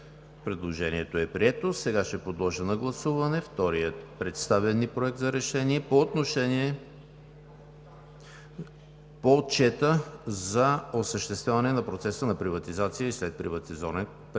Предложението е прието. Сега ще подложа на гласуване втория представен ни Проект за решение по Отчета за осъществяване на процеса на приватизация и следприватизационен